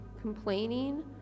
complaining